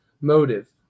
motive